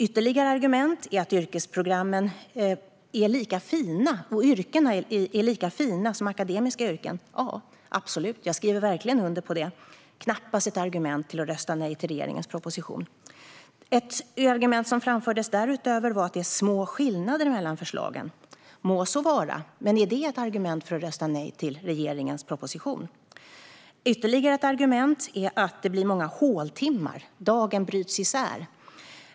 Ännu ett argument är att de yrken som yrkesprogrammen leder till är lika fina som akademiska yrken. Ja, absolut. Jag skriver verkligen under på det. Men det är knappast ett argument för att rösta nej till regeringens proposition. Ett argument som framfördes därutöver var att det är små skillnader mellan förslagen. Må så vara! Men är det ett argument för att rösta nej till regeringens proposition? Ytterligare ett argument är att det blir många håltimmar. Dagen bryts isär.